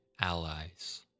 allies